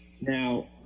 Now